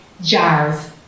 jars